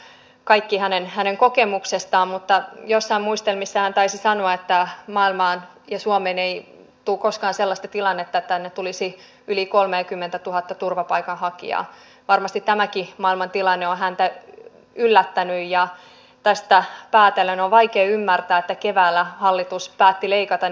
ylipäätään nämä normitalkoot en itse ajattele niin että tässä täytyisi jotenkin ajatella että totta kai näille maahanmuuttajille tai oleskeluluvan saajille turvapaikanhakijoille on tämä kielikoulutus joka sitten tietenkin hieman poikkeaa täällä jo olevista ihmisistä mutta että tässä luotaisiin jotain tavallaan erityistä heille